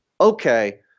okay